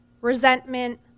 resentment